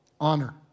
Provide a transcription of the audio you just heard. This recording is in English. honor